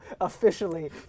officially